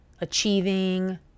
achieving